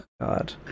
god